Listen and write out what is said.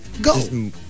go